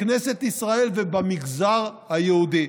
בכנסת ישראל ובמגזר היהודי?